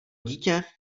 dítě